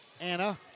Anna